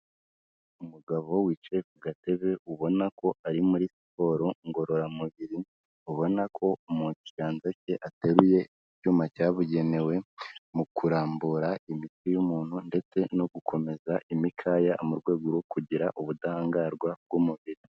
Umugabo wicaye ku gatebe ubona ko ari muri siporo ngororamubiri, ubona ko mu kiganza cye ateruye icyuma cyabugenewe mu kurambura imitsi y'umuntu ndetse no gukomeza imikaya mu rwego rwo kugira ubudahangarwa bw'umubiri.